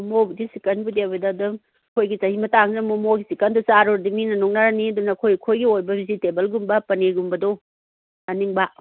ꯃꯣꯃꯣꯕꯨꯗꯤ ꯆꯤꯛꯀꯟꯕꯨꯗꯤ ꯑꯩꯈꯣꯏꯒꯤ ꯆꯍꯤ ꯃꯇꯥꯡꯁꯤꯗ ꯃꯣꯃꯣꯒꯤ ꯆꯤꯛꯀꯟꯗꯣ ꯆꯥꯔꯨꯔꯗꯤ ꯃꯤꯅ ꯅꯣꯛꯅꯔꯅꯤ ꯑꯗꯨꯅ ꯑꯩꯈꯣꯏ ꯑꯩꯈꯣꯏꯒꯤ ꯑꯣꯏꯕ ꯚꯤꯖꯤꯇꯦꯕꯜꯒꯨꯝꯕ ꯄꯥꯅꯤꯔꯒꯨꯝꯕꯗꯣ ꯆꯥꯅꯤꯡꯕ